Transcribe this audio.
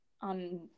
on